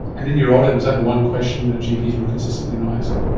and in your audit was that the one question that gps were consistently not asking?